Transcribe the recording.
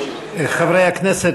חברי הכנסת.